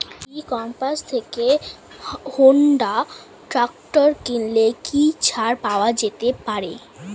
ই commerce থেকে Honda tractor কিনলে কি ছাড় পাওয়া যেতে পারে?